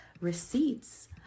receipts